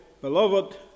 beloved